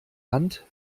hand